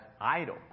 idle